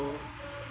to